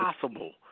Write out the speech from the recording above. possible